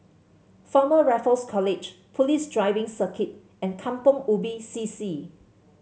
Former Raffles College Police Driving Circuit and Kampong Ubi C C